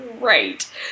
right